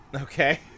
Okay